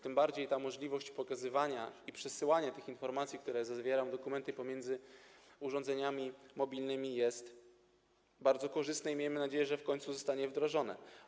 Tym bardziej możliwość pokazywania i przesyłania tych informacji, które zawierają dokumenty, pomiędzy urządzeniami mobilnymi jest bardzo korzystna i miejmy nadzieję, że w końcu zostanie to wdrożone.